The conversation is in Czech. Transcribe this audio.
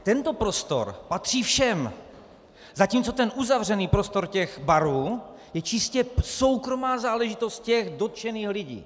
Tento prostor patří všem, zatímco uzavřený prostor těch barů je čistě soukromá záležitost těch dotčených lidí.